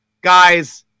guys